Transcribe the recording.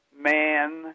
man